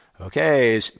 okay